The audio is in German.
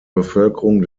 bevölkerung